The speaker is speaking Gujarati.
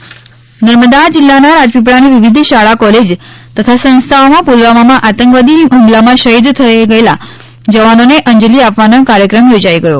પુલવામા જામનગર નર્મદા જિલ્લાના રાજપીપળાની વિવિધ શાળા કોલેજો તથા સંસ્થાઓમાં પુલવામામાં આતંકવાદી હુમલામાં શહિદ થયેલા જવાનોને અંજલી આપવાના કાર્યક્રમો યોજાઇ ગયો